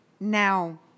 Now